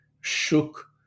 shook